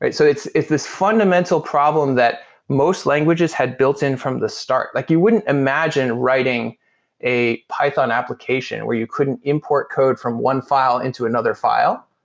right? so it's it's this fundamental problem that most languages had built in from the start. like you wouldn't imagine writing a python application where you couldn't import code from one file into another file.